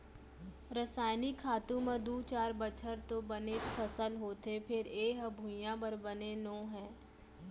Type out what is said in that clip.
रसइनिक खातू म दू चार बछर तो बनेच फसल होथे फेर ए ह भुइयाँ बर बने नो हय